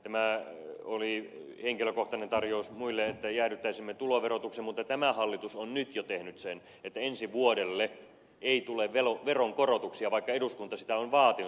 tämä oli henkilökohtainen tarjous muille että jäädyttäisimme tuloverotuksen mutta tämä hallitus on nyt jo tehnyt sen että ensi vuodelle ei tule veronkorotuksia vaikka eduskunta sitä on vaatinut